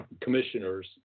commissioners